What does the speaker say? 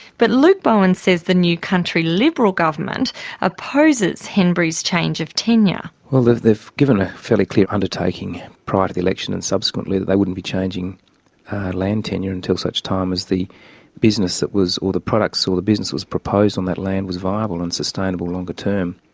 but luke bowen says the new country liberal government opposes henbury's change of tenure. well, they've they've given a fairly clear undertaking prior to the election and subsequently that they wouldn't be changing land tenure until such time as the business that was, or the products or the business that was proposed on that land was viable and sustainable longer term.